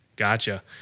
Gotcha